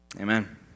Amen